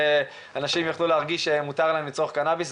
שאנשים יוכלו להרגיש שמותר להם לצרוך קנאביס,